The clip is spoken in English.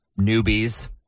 newbies